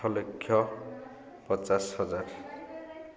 ଆଠ ଲକ୍ଷ ପଚାଶ ହଜାର